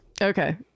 okay